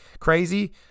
crazy